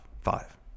five